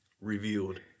revealed